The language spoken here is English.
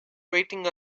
waiting